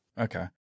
Okay